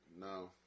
no